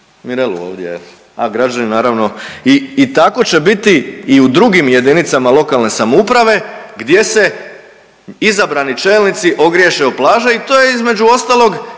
Mirelu ovdje, a građani naravno i tako će biti u drugim jedinicama lokalne samouprave gdje se izabrani čelnici ogriješe o plaže i to je između ostalog